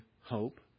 hope